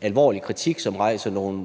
alvorlig kritik, som rejser nogle,